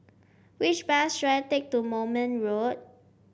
which bus should I take to Moulmein Road